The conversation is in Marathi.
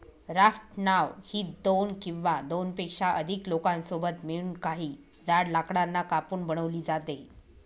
राफ्ट नाव ही दोन किंवा दोनपेक्षा अधिक लोकांसोबत मिळून, काही जाड लाकडांना कापून बनवली जाते